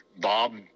Bob